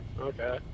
okay